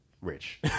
Rich